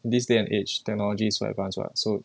this day and age technologies so advanced [what] so